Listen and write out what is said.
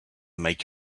make